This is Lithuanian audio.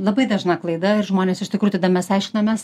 labai dažna klaida ir žmonės iš tikrųjų tada mes aiškinamės